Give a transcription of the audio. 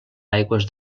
aigües